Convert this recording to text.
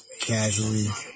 Casually